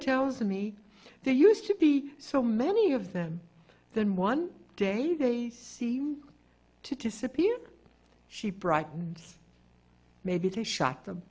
tells me there used to be so many of them then one day they seem to disappear she brightens maybe they shot them